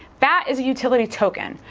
bat is a utility token,